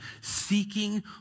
seeking